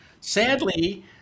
sadly